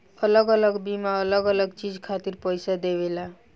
अलग अलग बीमा अलग अलग चीज खातिर पईसा देवेला